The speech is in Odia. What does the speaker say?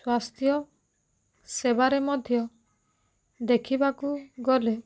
ସ୍ୱାସ୍ଥ୍ୟ ସେବାରେ ମଧ୍ୟ ଦେଖିବାକୁ ଗଲେ